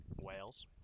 Wales